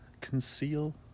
conceal